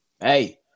hey